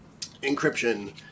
encryption